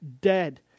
dead